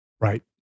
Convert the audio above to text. Right